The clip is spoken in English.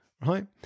right